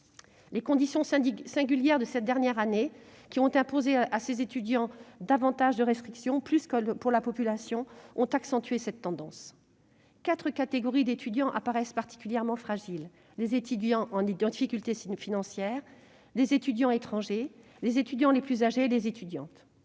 Les conditions singulières de cette dernière année, pendant laquelle les étudiants se sont vu imposer davantage de restrictions que le reste de la population, ont accentué cette tendance. Quatre catégories d'étudiants apparaissent particulièrement fragiles : les étudiants en difficulté financière, les étudiants étrangers, les étudiants les plus âgés et les étudiantes.